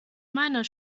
meiner